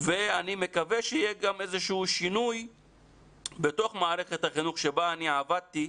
ואני מקווה שיהיה גם איזשהו שינוי בתוך מערכת החינוך שבה אני עבדתי,